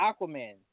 Aquaman